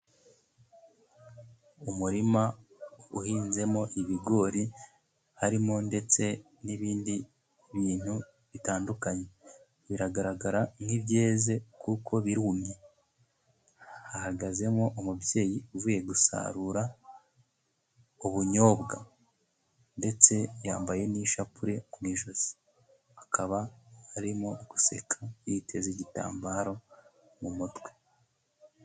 Umurima uhinzemo ibigori, harimo ndetse n'ibindi bintu bitandukanye, biragaragara nk'ibyeze kuko birumye, hahagazemo umubyeyi uvuye gusarura ubunyobwa, ndetse yambaye n'ishapure mu ijosi, akaba arimo guseka, yiteze igitambaro mu mutwe.